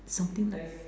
something like